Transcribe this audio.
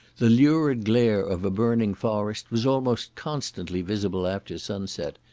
the lurid glare of a burning forest was almost constantly visible after sunset,